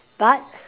but